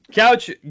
Couch